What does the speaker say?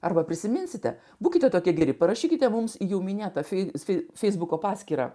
arba prisiminsite būkite tokie geri parašykite mums jau minėtą su feisbuko paskyrą